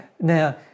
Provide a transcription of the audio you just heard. Now